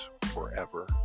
forever